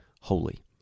holy